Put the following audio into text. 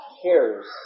cares